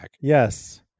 Yes